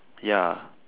ya